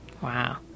wow